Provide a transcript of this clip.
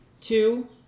Two